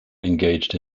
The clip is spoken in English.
engaged